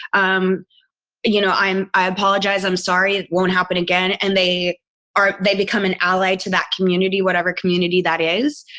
um you know, i'm, i apologize. i'm sorry. it won't happen again. and they are, they become an ally to that community, whatever community that is.